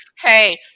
Hey